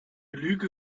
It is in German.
lüge